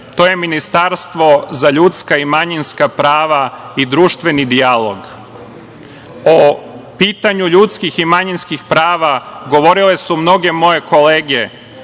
to je ministarstvo za ljudska i manjinska prava i društveni dijalog. O pitanju ljudskih i manjinskih prava govorile su mnoge moje kolege